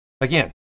Again